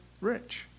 rich